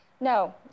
No